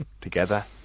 Together